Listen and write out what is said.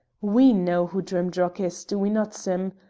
we know who drimdarroch is, do we not, sim?